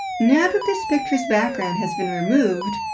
now that this picture's background has been removed,